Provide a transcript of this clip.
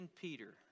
Peter